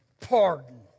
pardon